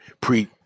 pre